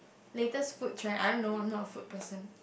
latest food trend I don't know I am not a food person